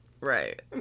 Right